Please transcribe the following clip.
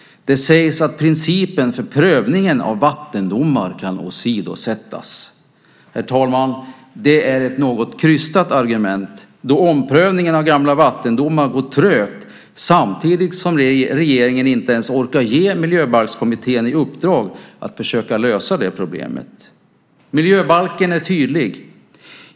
Det sägs att principen för prövningen av vattendomar kan åsidosättas. Herr talman! Det är ett något krystat argument då omprövningen av gamla vattendomar går trögt samtidigt som regeringen inte ens orkar ge Miljöbalkskommittén i uppdrag att försöka lösa det problemet. Miljöbalken är tydlig.